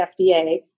FDA